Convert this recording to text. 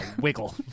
wiggle